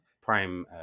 prime